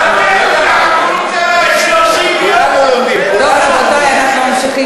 30 יום, ובסוף הרב יקבל